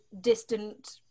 distant